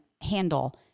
handle